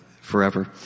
forever